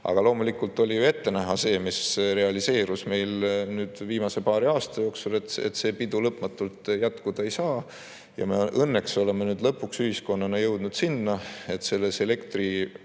Aga loomulikult oli ju ette näha seda, mis realiseerus meil nüüd viimase paari aastaga, et see pidu lõpmatult jätkuda ei saa. Õnneks oleme nüüd lõpuks ühiskonnana jõudnud sinna, et selles